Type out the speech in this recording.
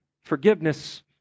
forgiveness